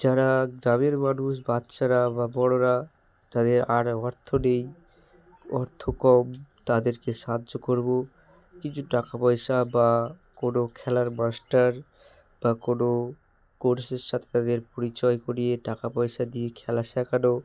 যারা গ্রামের মানুষ বাচ্চারা বা বড়রা তাদের আর অর্থ নেই অর্থ কম তাদেরকে সাহায্য করব কিছু টাকা পয়সা বা কোনো খেলার মাস্টার বা কোনো কোর্সের সাথে তাদের পরিচয় করিয়ে টাকা পয়সা দিয়ে খেলা শেখানো